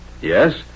Yes